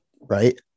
Right